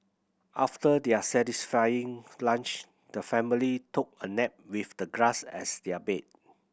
after their satisfying lunch the family took a nap with the grass as their bed